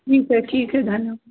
ठीक है ठीक है धन्यवाद